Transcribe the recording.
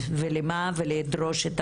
מתחילים להבין,